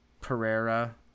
Pereira